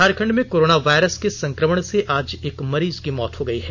झारखंड में corona virus के संक्रमण से आज एक मरीज की मौत हो गई है